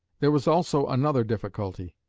there was also another difficulty.